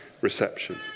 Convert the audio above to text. reception